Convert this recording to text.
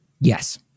Yes